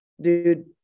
dude